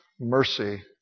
mercy